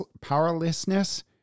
powerlessness